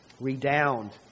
redound